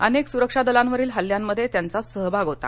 अनेक सुरक्षादलांवरील हल्ल्यांमध्ये त्यांचा सहभाग होता